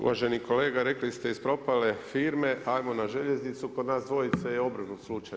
Uvaženi kolega rekli ste iz propale firme agon na željeznicu, kod nas dvojice je obrnuti slučaj.